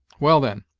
well, then,